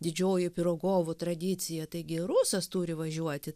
didžioji pirogovo tradicija taigi rusas turi važiuoti